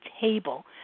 table